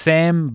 Sam